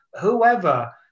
whoever